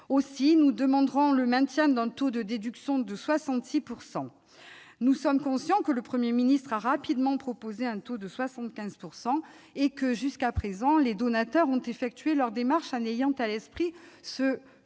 Aussi, nous demanderons le maintien du taux de déduction de 66 %. Nous sommes conscients que le Premier ministre a rapidement proposé un taux de 75 % et que, jusqu'à présent, les donateurs ont effectué leur démarche en ayant à l'esprit ce cadre